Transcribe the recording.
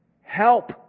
Help